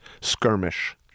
skirmish